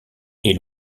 est